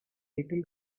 little